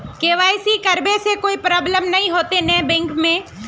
KYC करबे से कोई प्रॉब्लम नय होते न बैंक में?